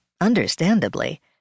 understandably